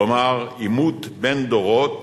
כלומר, עימות בין דורות